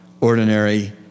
ordinary